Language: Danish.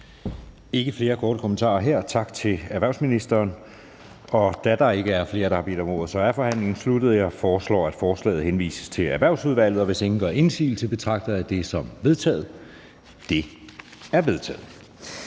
ikke flere korte bemærkninger. Tak til erhvervsministeren. Da der ikke er flere, der har bedt om ordet, er forhandlingen sluttet. Jeg foreslår, at lovforslaget henvises til Erhvervsudvalget. Hvis ingen gør indsigelse, betragter jeg det som vedtaget. Det er vedtaget.